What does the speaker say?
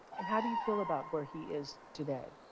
and how do you feel about where he is today?